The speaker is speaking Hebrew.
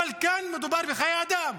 אבל כאן מדובר בחיי אדם,